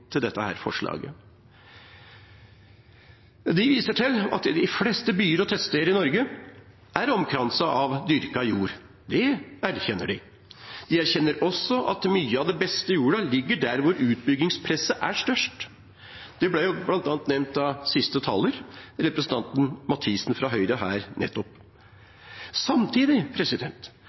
til dette forslaget. De viser til at de fleste byer og tettsteder i Norge er omkranset av dyrket jord. Det erkjenner de. De erkjenner også at mye av den beste jorda ligger der hvor utbyggingspresset er størst. Det ble bl.a. nevnt av siste taler, representanten Bente Mathisen fra Høyre.